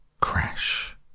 crash